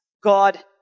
God